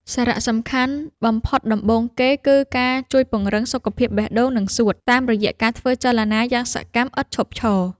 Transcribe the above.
សារៈសំខាន់បំផុតដំបូងគេ គឺការជួយពង្រឹង សុខភាពបេះដូង និងសួត តាមរយៈការធ្វើចលនាយ៉ាងសកម្មឥតឈប់ឈរ។